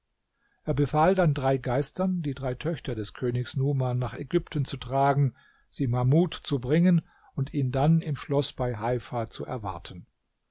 er befahl dann drei geistern die drei töchter des königs numan nach ägypten zu tragen sie mahmud zu bringen und ihn dann im schloß bei heifa zu erwarten